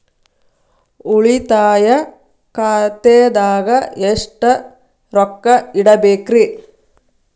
ಉಳಿತಾಯ ಖಾತೆದಾಗ ಎಷ್ಟ ರೊಕ್ಕ ಇಡಬೇಕ್ರಿ?